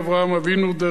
דרך משה,